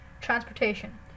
transportation